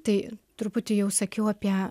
tai truputį jau sakiau apie